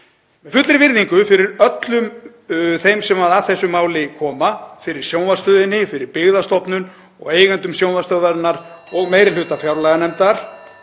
Með fullri virðingu fyrir öllum þeim sem að þessu máli koma, fyrir sjónvarpsstöðinni, fyrir Byggðastofnun og eigendum sjónvarpsstöðvarinnar og meiri hluta fjárlaganefndar: